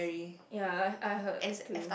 yea I I heard too